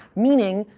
meaning,